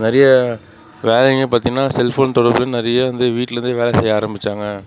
நிறைய வேலைங்க பார்த்திங்கன்னா செல்ஃபோன் தொடர்பில் நிறைய வந்து வீட்லேருந்தே வேலை செய்ய ஆரம்பிச்சாங்க